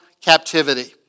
captivity